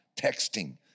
texting